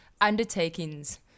undertakings